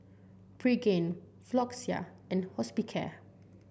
Pregain Floxia and Hospicare